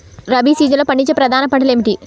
రబీ సీజన్లో పండించే ప్రధాన పంటలు ఏమిటీ?